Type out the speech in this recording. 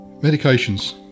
Medications